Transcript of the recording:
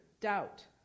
doubt